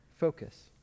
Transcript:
focus